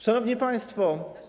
Szanowni Państwo!